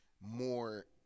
more